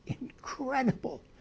incredible